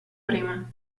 prima